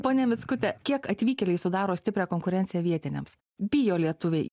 ponia mickute kiek atvykėliai sudaro stiprią konkurenciją vietiniams bijo lietuviai